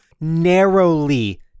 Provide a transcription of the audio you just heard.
narrowly